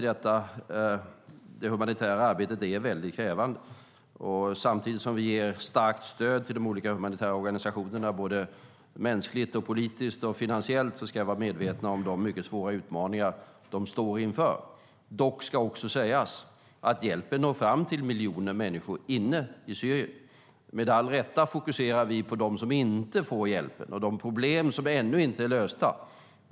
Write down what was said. Det humanitära arbetet är väldigt krävande. Samtidigt som vi ger starkt stöd till de olika humanitära organisationerna mänskligt, politiskt och finansiellt ska vi vara medvetna om de mycket svåra utmaningar de står inför. Dock ska också sägas att hjälpen når fram till miljoner människor inne i Syrien. Med all rätt fokuserar vi på dem som inte får hjälpen och de problem som ännu inte är lösta.